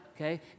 okay